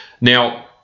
Now